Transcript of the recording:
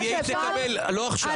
לא עכשיו.